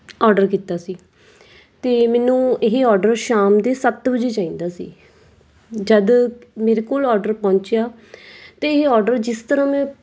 order ਕੀਤਾ ਸੀ ਅਤੇ ਮੈਨੂੰ ਇਹ ਹੀ ਆਰਡਰ ਸ਼ਾਮ ਦੇ ਸੱਤ ਵਜੇ ਚਾਹੀਦਾ ਸੀ ਜਦ ਮੇਰੇ ਕੋਲ ਆਰਡਰ ਪਹੁੰਚਿਆ ਅਤੇ ਇਹ ਆਰਡਰ ਜਿਸ ਤਰ੍ਹਾਂ ਮੈਂ